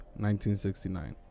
1969